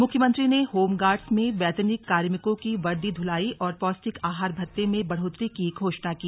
मुख्यमंत्री ने home guards में वैतनिक कार्मिकों की वर्दी धुलाई और पौष्टिक आहार भत्ते में बढ़ोतरी की घोषणा की